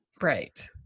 Right